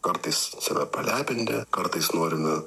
kartais save palepinti kartais norime